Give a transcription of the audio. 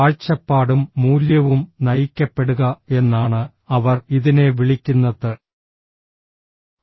കാഴ്ചപ്പാടും മൂല്യവും നയിക്കപ്പെടുക എന്നാണ് അവർ ഇതിനെ വിളിക്കുന്നത്